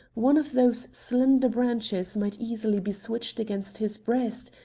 one of those slender branches might easily be switched against his breast,